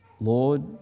Lord